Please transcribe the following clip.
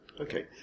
Okay